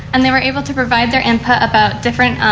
and they were able to provide their input about different